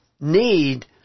need